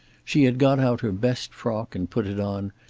she had got out her best frock and put it on,